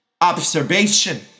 Observation